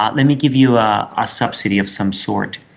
ah let me give you a ah subsidy of some sort.